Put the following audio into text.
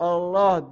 Allah